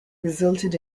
resulted